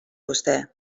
vostè